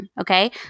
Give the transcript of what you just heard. okay